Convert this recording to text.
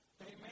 Amen